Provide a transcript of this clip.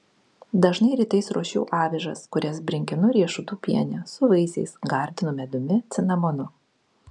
dažnai rytais ruošiu avižas kurias brinkinu riešutų piene su vaisiais gardinu medumi cinamonu